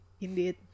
indeed